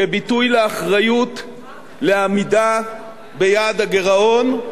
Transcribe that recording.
כביטוי לאחריות לעמידה ביעד הגירעון,